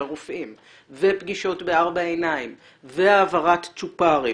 ופגישות בארבע עיניים והעברת צ'ופרים,